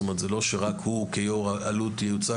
זה לא שרק הוא כיו"ר ייוצג,